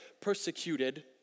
persecuted